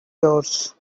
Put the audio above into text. yours